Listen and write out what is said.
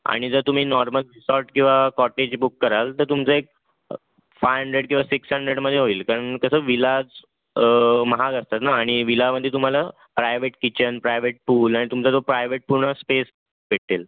आणि जर तुम्ही नॉर्मल रिसॉर्ट किंवा कॉटेज बुक कराल तर तुमचं एक फाय हंड्रेड किंवा सिक्स हंड्रेडमध्ये होईल कारण कसं विलाज महाग असतात ना आणि विलामध्ये तुम्हाला प्रायवेट किचन प्रायवेट पूल आणि तुमचा जो प्रायवेट पूर्ण स्पेस भेटेल